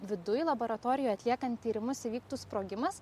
viduj laboratorijoj atliekant tyrimus įvyktų sprogimas